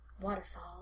Waterfall